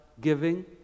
Giving